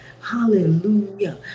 Hallelujah